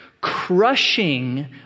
crushing